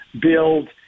build